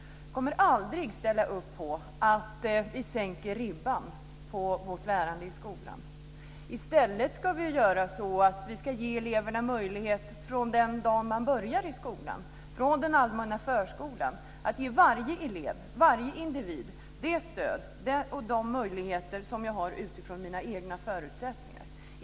Jag kommer aldrig att ställa upp på att vi sänker ribban för lärandet i skolan. I stället ska vi ge eleverna möjligheter. Från den dag de börjar i den allmänna förskolan ska varje elev, varje individ ges det stöd som han eller hon behöver utifrån sina egna förutsättningar.